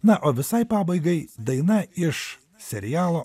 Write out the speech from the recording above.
na o visai pabaigai daina iš serialo